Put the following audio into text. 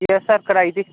یس sir کرائی تھی